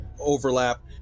overlap